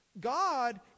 God